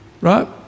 right